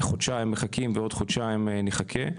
חודשיים מחכים ועוד חודשיים נחכה,